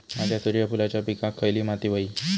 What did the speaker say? माझ्या सूर्यफुलाच्या पिकाक खयली माती व्हयी?